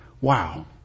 Wow